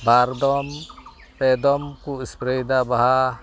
ᱵᱟᱨᱫᱚᱢ ᱯᱮᱫᱚᱢ ᱠᱚ ᱮᱥᱯᱨᱮᱭᱮᱫᱟ ᱵᱟᱦᱟ